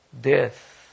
death